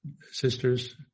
sisters